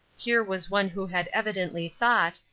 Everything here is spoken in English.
here was one who had evidently thought,